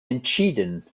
entschieden